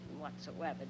whatsoever